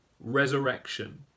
Resurrection